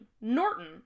Norton